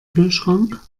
kühlschrank